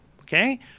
Okay